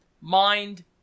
mind